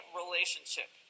relationship